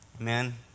Amen